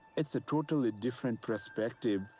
it's a totally different perspective,